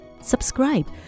Subscribe